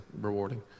rewarding